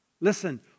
Listen